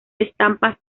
estampas